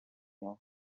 нього